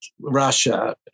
Russia